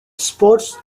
sports